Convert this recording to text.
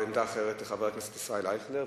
עמדה אחרת לחבר הכנסת ישראל אייכלר,